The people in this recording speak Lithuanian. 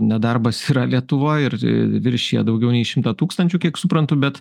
nedarbas yra lietuvoj ir ir viršija daugiau nei šimtą tūkstančių kiek suprantu bet